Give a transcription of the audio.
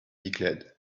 declared